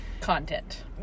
Content